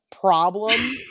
problem